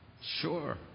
sure